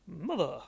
mother